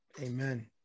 amen